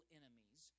enemies